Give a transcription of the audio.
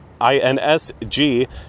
insg